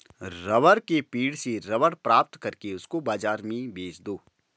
rubber के पेड़ से रबर प्राप्त करके उसको बाजार में बेच दो